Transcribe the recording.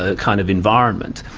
ah kind of environment.